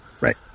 Right